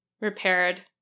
repaired